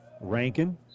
Rankin